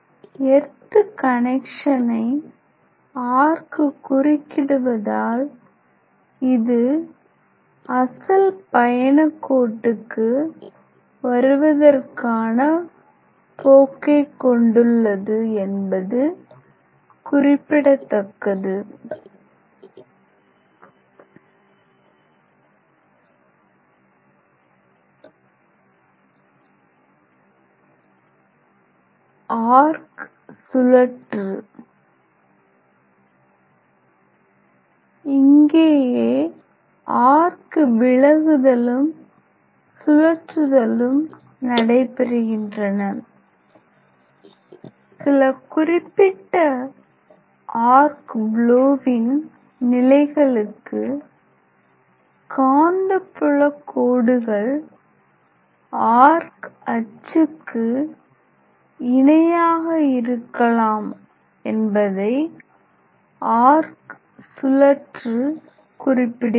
earth கனெக்சனை arc குறுக்கிடுவதால் இது அசல் பயண கோட்டுக்கு வருவதற்கான போக்கை கொண்டுள்ளது என்பது குறிப்பிடத்தக்கது ஆர்க் சுழற்று இங்கேயே ஆர்க் விலகுதலும் சுழற்றுதலும் நடைபெறுகின்றன சில குறிப்பிட்ட ஆர்க் ப்லோவின் நிலைகளுக்கு காந்தப்புலக் கோடுகள் ஆர்க் அச்சுக்கு இணையாக இருக்கலாம் என்பதை ஆர்க் சுழற்று குறிப்பிடுகிறது